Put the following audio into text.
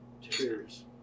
Cheers